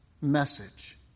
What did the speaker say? message